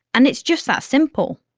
and it's just that simple!